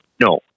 No